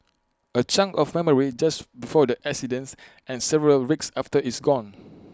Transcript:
A chunk of memory just before the accidents and several weeks after is gone